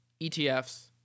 etfs